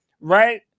right